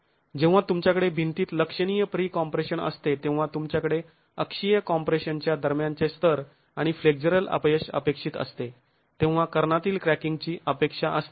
जेव्हा तुमच्याकडे भिंतीत लक्षणीय प्री कॉम्प्रेशन असते तेव्हा तुमच्याकडे अक्षीय कॉम्प्रेशनच्या दरम्यानचे स्तर आणि फ्लेक्झरल अपयश अपेक्षित असते तेव्हा कर्णातील क्रॅकिंग ची अपेक्षा असते